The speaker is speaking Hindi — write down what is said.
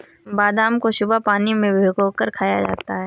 बादाम को सुबह पानी में भिगोकर खाया जाता है